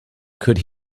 could